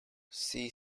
see